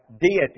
deity